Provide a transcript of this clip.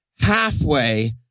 halfway